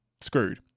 screwed